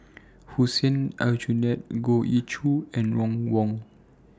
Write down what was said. Hussein Aljunied Goh Ee Choo and Ron Wong